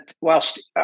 whilst